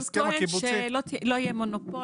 הוא טוען שלא יהיה מונופול.